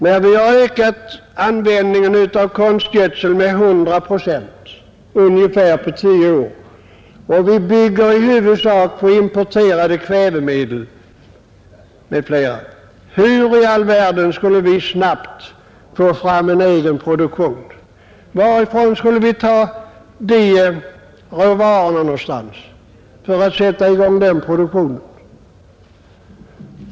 När vi har ökat användningen av konstgödsel med ungefär 75-100 procent på tio år och vi i huvudsak bygger på importerade kvävemedel m.m., hur skulle vi då snabbt få fram en egen produktion? Varifrån skulle vi ta råvarorna för att sätta i gång den produktionen?